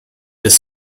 des